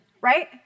right